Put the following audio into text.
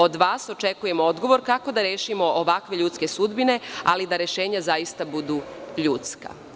Od vas očekujem odgovor kako da rešimo ovakve ljudske sudbine, ali da rešenja zaista budu ljudska.